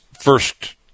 first